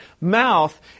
mouth